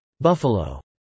Buffalo